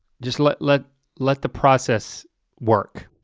just let let let the process work.